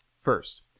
First